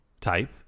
type